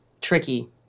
tricky